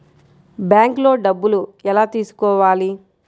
బ్యాంక్లో డబ్బులు ఎలా తీసుకోవాలి?